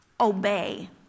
obey